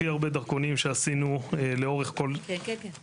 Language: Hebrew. נכון שנתת להם זמני בינתיים ופתרת להם את הבעיה הזמנית,